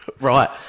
Right